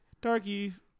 darkies